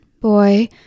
boy